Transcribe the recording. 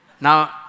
Now